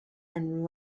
and